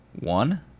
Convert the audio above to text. one